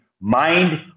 mind